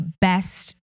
best